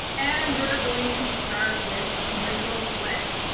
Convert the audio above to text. and we're going to start with michael flynn.